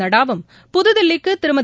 நட்டாவும் புதுதில்லிக்கு திருமதி